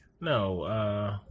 No